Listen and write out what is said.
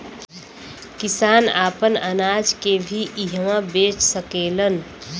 किसान आपन अनाज के भी इहवां बेच सकेलन